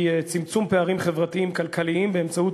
היא צמצום פערים חברתיים-כלכליים באמצעות